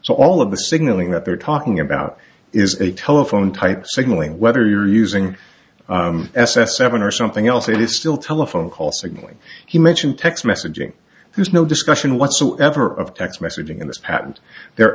so all of the signaling that they're talking about is a telephone type signalling whether you're using s s seven or something else it is still telephone call signaling he mentioned text messaging there's no discussion whatsoever of text messaging in this patent the